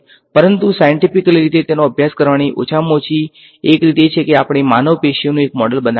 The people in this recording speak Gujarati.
પરંતુ સાયંટીફીકલી રીતે તેનો અભ્યાસ કરવાની ઓછામાં ઓછી એક રીત એ છે કે આપણે માનવ પેશીઓનું એક મોડેલ બનાવીએ